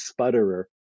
sputterer